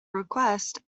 request